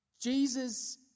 Jesus